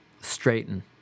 straighten